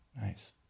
Nice